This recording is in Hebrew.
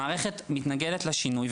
המערכת מתנגדת לשינוי,